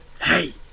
Hey